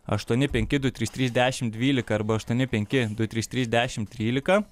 aštuoni penki du trys trys dešim dvylika arba aštuoni penki du trys trys dešim trylika